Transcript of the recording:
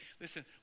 Listen